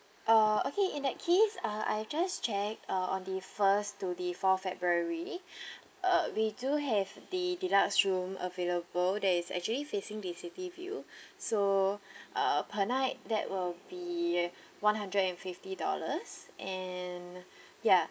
uh okay in that case uh I've just checked uh on the first to the fourth february uh we do have the deluxe room available there is actually facing the city view so uh per night that will be one hundred and fifty dollars and ya